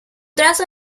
trazo